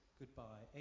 goodbye